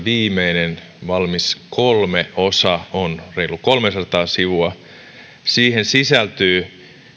viimeinen valmis kolmas osa on reilut kolmesataa sivua sisältyy